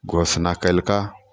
घोषणा कयलकह